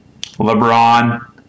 LeBron